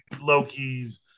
loki's